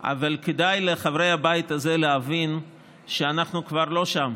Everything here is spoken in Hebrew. אבל כדאי לחברי הבית הזה להבין שאנחנו כבר לא שם,